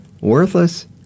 worthless